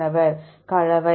மாணவர் கலவை